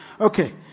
Okay